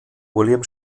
william